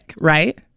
right